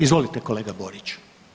Izvolite kolega Borić.